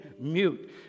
mute